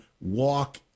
walk